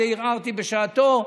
על זה ערערתי בשעתו,